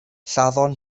lladdon